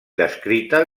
descrita